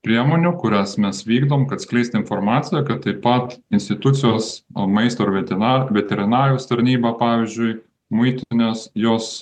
priemonių kurios mes vykdom kad skleisti informaciją kad taip pat institucijos maisto ir veterina veterinarijos tarnyba pavyzdžiui muitinės jos